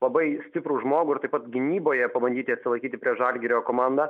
labai stiprų žmogų ir taip pat gynyboje pabandyti atsilaikyti prieš žalgirio komandą